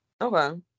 Okay